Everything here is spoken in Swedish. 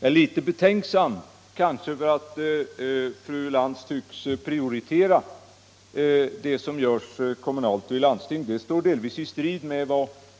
Jag är litet betänksam mot att fru Lantz tycks prioritera det som görs av kommuner och landsting. Det står för övrigt delvis i strid med